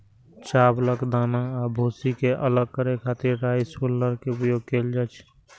चावलक दाना आ भूसी कें अलग करै खातिर राइस हुल्लर के उपयोग कैल जाइ छै